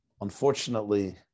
unfortunately